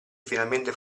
finalmente